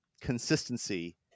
consistency